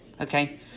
Okay